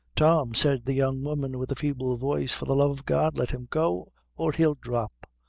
tom, said the young woman, with a feeble voice, for the love of god let him go or he'll drop.